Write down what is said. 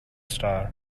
star